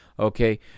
okay